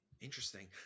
Interesting